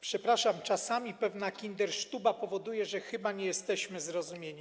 Przepraszam, czasami pewna kindersztuba powoduje, że chyba nie jesteśmy zrozumiani.